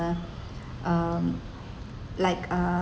uh um like uh